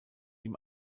ihm